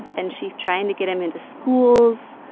and she's trying to get him into schools.